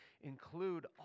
include